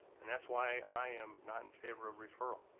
and that's why i am not in favor of referral.